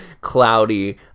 cloudy